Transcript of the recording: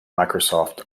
microsoft